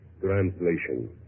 Translation